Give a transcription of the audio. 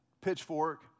pitchfork